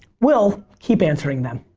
we'll keep answering them.